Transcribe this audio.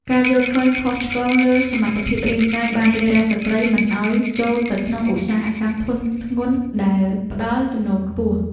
ការយល់ឃើញខុសឆ្គងលើសមត្ថភាពរាងកាយបានរារាំងស្ត្រីមិនឱ្យចូលទៅក្នុងឧស្សាហកម្មធុនធ្ងន់ដែលផ្តល់ចំណូលខ្ពស់។